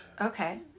Okay